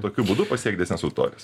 tokiu būdu pasiekt didesnes auditorijas